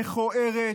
מכוערת,